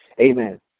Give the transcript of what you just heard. Amen